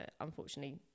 unfortunately